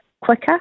quicker